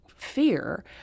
Fear